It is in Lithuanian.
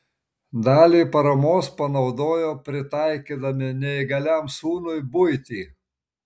dalį paramos panaudojo pritaikydami neįgaliam sūnui buitį